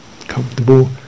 comfortable